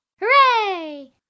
Hooray